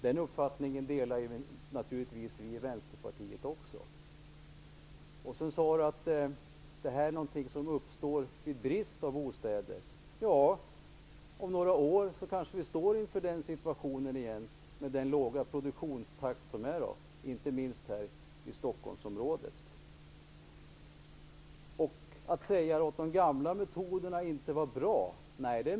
Den uppfattningen delar vi naturligtvis i Vänsterpartiet också. Carina Moberg sade att det här är något som uppstår vid brist på bostäder. Om några år kanske vi står inför den situationen igen - med den låga produktionstakten inte minst i Stockholmsområdet. Det är möjligt att de gamla metoderna inte var bra.